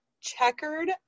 checkered